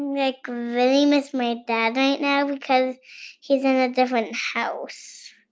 like, really miss my dad right now because he's in a different house.